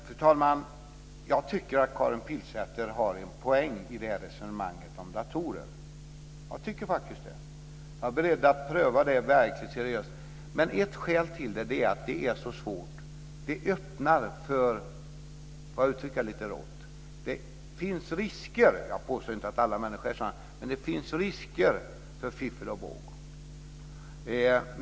Fru talman! Jag tycker att Karin Pilsäter har en poäng i resonemanget om datorer. Jag tycker faktiskt det. Jag är beredd att pröva det verkligt seriöst. Men ett skäl till att det är så svårt är att det, om jag får uttrycka det lite rått, finns risker - jag påstår inte att alla människor är sådana - för fiffel och båg.